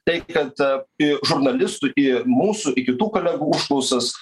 taip kad į žurnalistų į mūsų į kitų kolegų užklausas